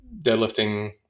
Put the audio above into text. deadlifting